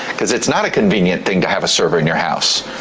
cause it's not a convenient thing to have a server in your house.